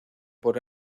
por